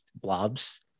blobs